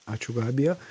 ačiū gabija